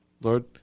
Lord